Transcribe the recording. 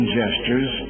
gestures